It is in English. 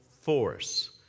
force